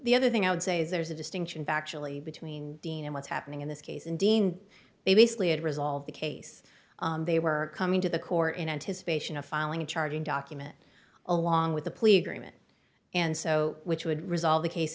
the other thing i would say is there's a distinction factually between dean and what's happening in this case and dean they basically had resolved the case they were coming to the court in anticipation of filing a charging document along with the police greenman and so which would resolve the case